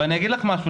ואני אגיד לך משהו,